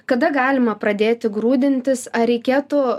kada galima pradėti grūdintis ar reikėtų